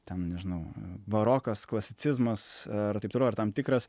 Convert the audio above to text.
ten nežinau barokas klasicizmas ir taip toliau ar tam tikras